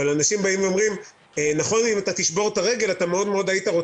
אבל אומרים לך אם תשבור את הרגל היית מאוד רוצה